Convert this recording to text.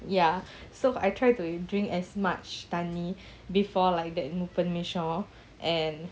ya so I try to drink as much தண்ணி:thanni before like that முப்பதுநிமிஷம்:muppathu nimisam and